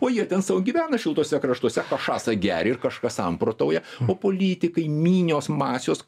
o jie ten sau gyvena šiltuose kraštuose pašasą jie geria ir kažką samprotauja o politikai minios masios